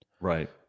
Right